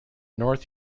north